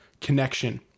connection